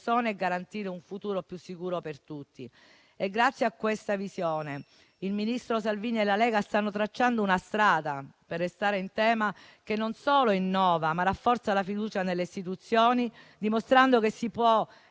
Grazie a questa visione, il ministro Salvini e la Lega stanno tracciando una strada - per restare in tema - che non solo innova, ma rafforza la fiducia nelle istituzioni, dimostrando che si può e si deve lavorare con determinazione